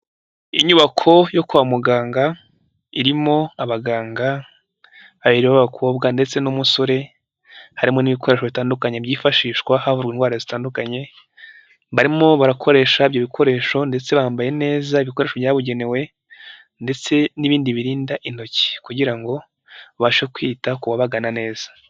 Inyubako yo kwa muganga, irimo abaganga babiri b'abakobwa ndetse n'umusore, harimo n'ibikoresho bitandukanye byifashishwa havurwa indwara zitandukanye, barimo barakoresha ibyo bikoresho ndetse bambaye neza ibikoresho byabugenewe ndetse n'ibindi birinda intoki kugira ngo babashe kwita ku babagana neza.